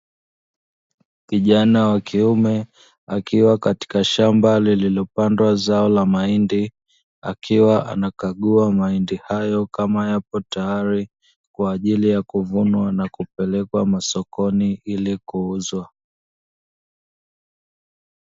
Kijana wa kiume akiwa katika shamba lililopandwa zao la mahindi, akiwa anakagua mahindi hayo kama yapo tayari, kwa ajili ya kuvunwa na kupelekwa sokoni ili kuuzwa.